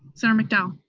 senator mcdowell?